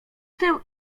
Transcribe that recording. tył